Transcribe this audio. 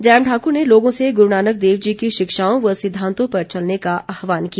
जयराम ठाकुर ने लोगों से गुरू नानक देव जी की शिक्षाओं व सिद्धांतों पर चलने का आह्वान किया